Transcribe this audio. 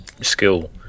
skill